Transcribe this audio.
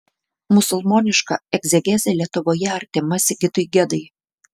musulmoniška egzegezė lietuvoje artima sigitui gedai